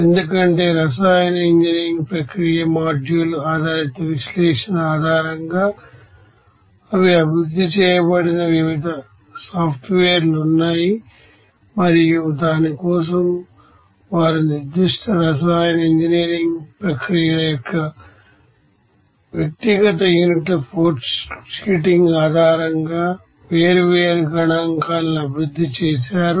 ఎందుకంటే రసాయన ఇంజనీరింగ్ ప్రక్రియ మాడ్యూల్ ఆధారిత విశ్లేషణ ఆధారంగా అవి అభివృద్ధి చేయబడిన వివిధ సాఫ్ట్వేర్లు ఉన్నాయి మరియు దాని కోసం వారు నిర్దిష్ట రసాయన ఇంజనీరింగ్ ప్రక్రియల యొక్క వ్యక్తిగత యూనిట్ల ఫ్లోషీటింగ్ ఆధారంగా వేర్వేరు సంకేతాలను అభివృద్ధి చేశారు